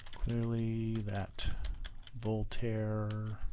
clearly that voltaire